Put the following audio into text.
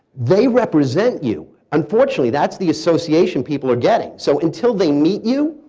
they represent you. unfortunately that's the association people are getting. so until they meet you,